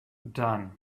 done